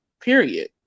period